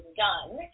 done